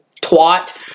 twat